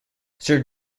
sir